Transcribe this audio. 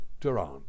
Durand